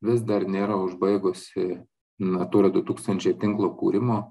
vis dar nėra užbaigusi natūra du tūkstančiai tinklo kūrimo